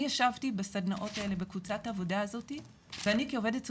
אני ישבתי בסדנאות האלה ובקבוצת העבודה הזאת ואני כעובדת סוציאלית,